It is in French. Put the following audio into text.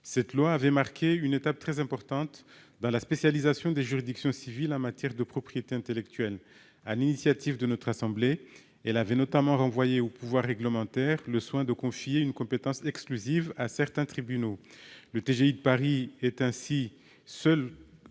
Cette loi avait marqué une étape très importante dans la spécialisation des juridictions civiles en matière de propriété intellectuelle. Sur l'initiative de notre assemblée, elle avait notamment renvoyé au pouvoir réglementaire le soin de confier une compétence exclusive en la matière à certains tribunaux. Le tribunal de